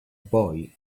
boy